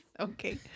okay